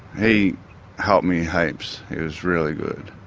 he helped me heaps, he was really good.